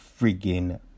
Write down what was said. Friggin